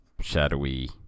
shadowy